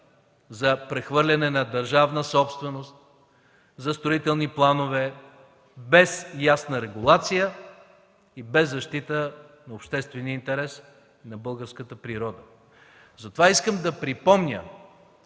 за прехвърляне на държавна собственост, застроителни планове без ясна регулация и без защита на обществения интерес на българската природа. Затова искам да припомня,